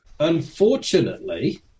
Unfortunately